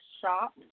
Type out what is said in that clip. shop